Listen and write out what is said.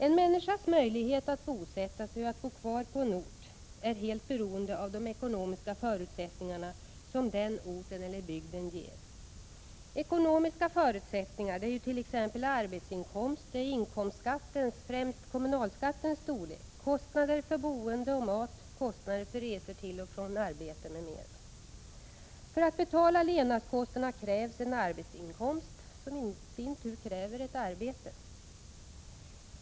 En människas möjlighet att bosätta sig och att bo kvar på en ort är helt beroende av de ekonomiska förutsättningar som den orten eller bygden ger. Ekonomiska förutsättningar är t.ex. arbetsinkomst, inkomstskattens — främst kommunalskattens — storlek, kostnader för boende och mat, kostnader för resor till och från arbetet m.m. För att betala levnadskostnaderna krävs en arbetsinkomst, som i sin tur kräver ett arbete.